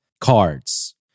cards